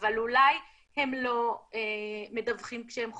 אבל אולי הם לא מדווחים כשהם חולים.